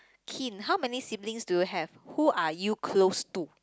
kin how many siblings do you have who are you close to